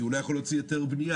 כי הוא לא יכול להוציא היתר בנייה.